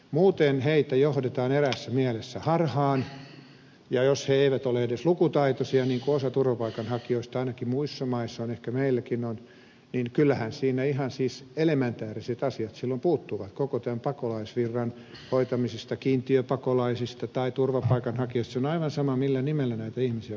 muuten heitä johdetaan eräässä mielessä harhaan ja jos he eivät ole edes lukutaitoisia niin kuin osa turvapaikanhakijoista ainakaan muissa maissa ei ole ei ehkä meilläkään niin kyllähän siinä ihan siis elementääriset asiat silloin puuttuvat koko tämän pakolaisvirran hoitamisesta kiintiöpakolaisista tai turvapaikanhakijoista se on aivan sama millä nimellä näitä ihmisiä kutsutaan